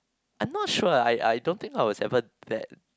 I'm not sure I I don't think I was ever that